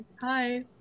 Hi